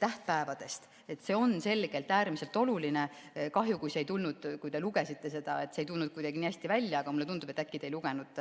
tähtpäevadest. See on selgelt äärmiselt oluline. Kahju, et see ei tulnud kuidagi nii hästi välja, kui te lugesite seda, aga mulle tundub, et äkki te ei lugenud päris